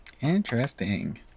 Interesting